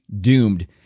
doomed